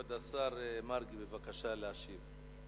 כבוד יעקב השר מרגי, בבקשה להשיב.